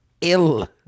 ill